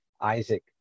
Isaac